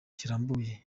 kirambuye